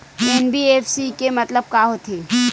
NBFC के मतलब का होथे?